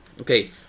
Okay